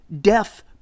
death